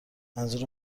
منظور